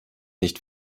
nicht